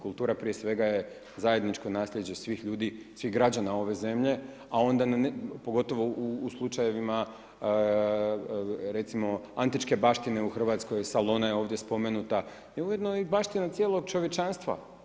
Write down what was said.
Kultura prije svega je zajedničko nasljeđe svih ljudi, svih građana ove zemlje a onda pogotovo u slučajevima recimo antičke baštine u Hrvatskoj, Salona je ovdje spomenuta, ujedno i baština cijelog čovječanstva.